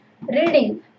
reading